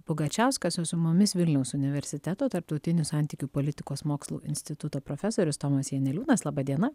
pugačiauskas o su mumis vilniaus universiteto tarptautinių santykių politikos mokslų instituto profesorius tomas janeliūnas laba diena